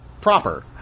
Proper